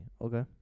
Okay